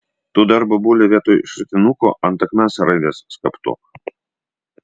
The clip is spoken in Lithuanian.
tu dar bobule vietoj šratinuko ant akmens raides skaptuok